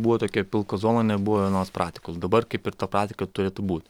buvo tokia pilka zona nebuvo vienos pratikos dabar kaip ir ta pratika turėtų būt